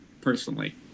personally